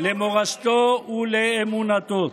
למורשתו ולאמונתו.